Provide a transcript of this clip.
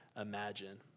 imagine